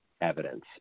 evidence